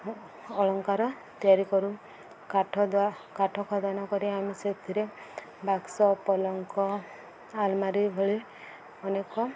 ଅଳଙ୍କାର ତିଆରି କରୁ କାଠ କାଠ ଖଦାନ କରି ଆମେ ସେଥିରେ ବାକ୍ସ ପଲଙ୍କ ଆଲମାରି ଭଳି ଅନେକ